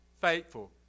faithful